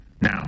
Now